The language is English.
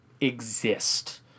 exist